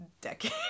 decade